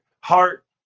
heart